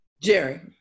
Jerry